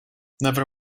never